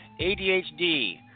ADHD